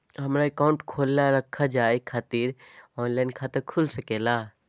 हमारा अकाउंट खोला रखा जाए खातिर ऑनलाइन खाता खुल सके ला?